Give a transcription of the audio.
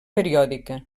periòdica